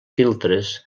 filtres